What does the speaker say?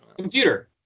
Computer